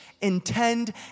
intend